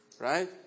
Right